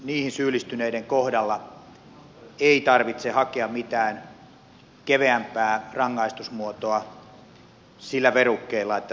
niihin syyllistyneiden kohdalla ei tarvitse hakea mitään keveämpää rangaistusmuotoa sillä verukkeella että suostutaan vapaaehtoiseen lääkehoitoon